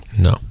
no